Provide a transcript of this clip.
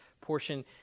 portion